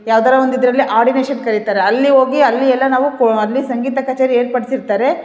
ಯಾವ್ದಾರ ಒಂದು ಇದರಲ್ಲಿ ಆಡಿನೇಶನ್ ಕರಿತಾರೆ ಅಲ್ಲಿ ಹೋಗಿ ಅಲ್ಲಿ ಎಲ್ಲ ನಾವು ಕೋ ಅಲ್ಲಿ ಸಂಗೀತ ಕಛೇರಿ ಏರ್ಪಡಿಸಿರ್ತಾರೆ